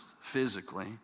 physically